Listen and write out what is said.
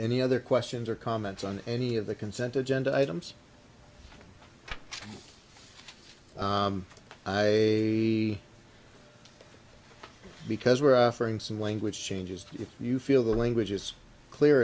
any other questions or comments on any of the consent agenda items i because we're offering some language changes if you feel the language is clear